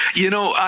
you know,